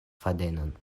fadenon